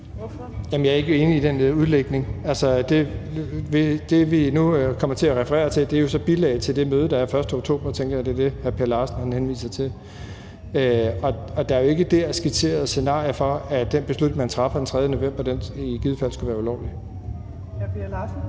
(S): Jeg er ikke enig i den udlægning. Det, vi nu kommer til at referere til, er så bilag til det møde, der er 1. oktober, og jeg tænker, at det er det, hr. Per Larsen henviser til, og der er jo ikke dér skitseret scenarier for, at den beslutning, man træffer den 3. november, i givet fald skulle være ulovlig. Kl. 15:28